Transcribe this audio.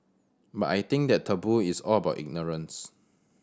but I think that taboo is all about ignorance